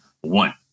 One